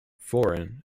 foreign